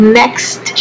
next